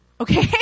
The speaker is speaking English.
okay